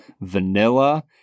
vanilla